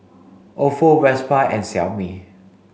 Ofo Vespa and Xiaomi